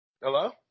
Hello